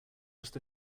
just